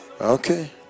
Okay